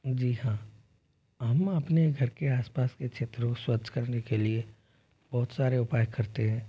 जी हाँ हम अपने घर के आसपास के क्षेत्रों स्वच्छ करने के लिए बहुत सारे उपाय करते हैं